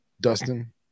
dustin